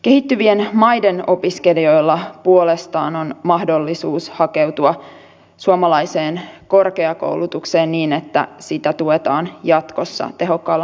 kehittyvien maiden opiskelijoilla puolestaan on mahdollisuus hakeutua suomalaiseen korkeakoulutukseen niin että sitä tuetaan jatkossa tehokkaalla apurahajärjestelmällä